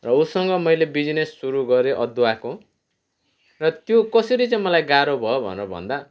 र ऊसँग मैले बिजिनेस सुरु गरेँ अदुवाको र त्यो कसरी चाहिँ मलाई गाह्रो भयो भनेर भन्दा